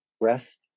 rest